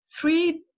three